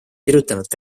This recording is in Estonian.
kirjutanud